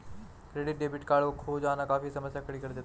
credit debit card का खो जाना काफी समस्या खड़ी कर देता है